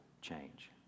change